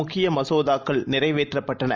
முக்கியமசோதாக்கள்நிறைவேற்றப்பட்டன